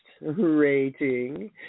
rating